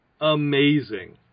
amazing